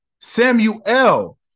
Samuel